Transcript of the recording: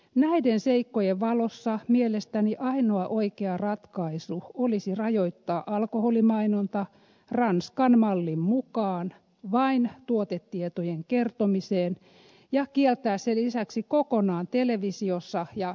näiden seikkojen valossa mielestäni ainoa oikea ratkaisu olisi rajoittaa alkoholimainonta ranskan mallin mukaan vain tuotetietojen kertomiseen ja kieltää se lisäksi kokonaan televisiossa ja elokuvissa